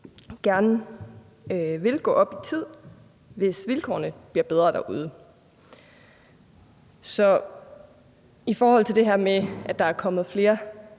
gerne vil gå op i tid, hvis vilkårene bliver bedre derude. I forhold til det her med, at der er kommet flere